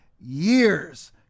years